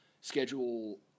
Schedule